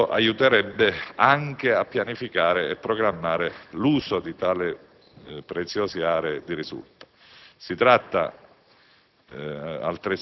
in commento aiuterebbe anche a pianificare e programmare l'uso di tali preziose aree di risulta. Si tratta,